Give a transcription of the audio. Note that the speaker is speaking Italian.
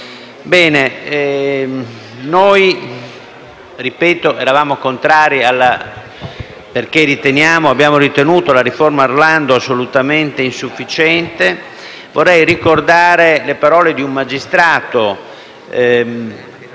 Bene: noi, ripeto, eravamo contrari perché abbiamo ritenuto la riforma Orlando assolutamente insufficiente. Vorrei ricordare le parole di un magistrato,